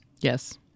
Yes